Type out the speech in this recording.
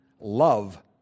love